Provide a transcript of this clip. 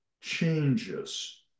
changes